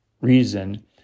reason